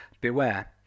Beware